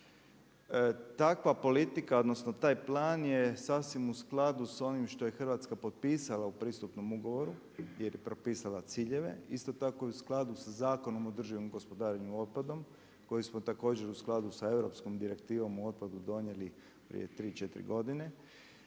Takva politika odnosno taj plan je sasvim u skladu s onim što je Hrvatska potpisala u pristupnom ugovorom jer je propisala ciljeve, isto tako i u skladu sa Zakonom o održivom gospodarenju otpadom koji smo također u skladu sa europskom direktivom o otpadu donijeli prije 3, 4 godine.